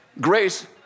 grace